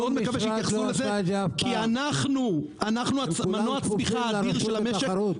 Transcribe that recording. אנחנו מנוע הצמיחה האדיר של המשק,